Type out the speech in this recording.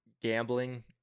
Gambling